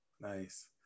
Nice